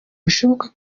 bishoboka